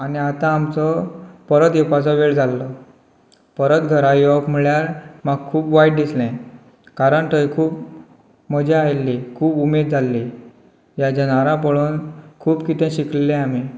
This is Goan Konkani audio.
आनी आतां आमचो परत येवपाचो वेळ जाल्लो परत घरा येवप म्हळ्यार म्हाका खूब वायट दिसलें कारण थंय खूब मजा आयिल्ली खूब उमेद जाल्ली ह्या जनावरांक पळोवन खूब कितें शिकिल्ले आमी